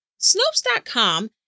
Snopes.com